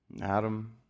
Adam